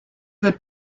wird